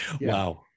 Wow